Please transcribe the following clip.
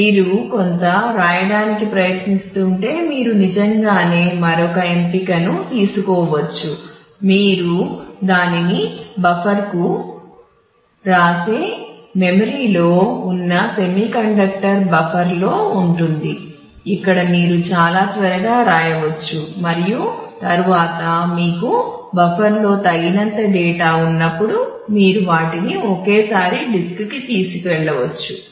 కాబట్టి మీరు కొంత వ్రాయడానికి ప్రయత్నిస్తుంటే మీరు నిజంగానే మరొక ఎంపికను తీసుకోవచ్చు మీరు దానిని బఫర్కి తీసుకెళ్లవచ్చు